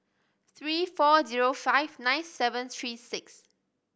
three four zero five nine seven three six